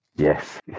Yes